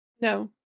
No